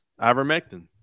ivermectin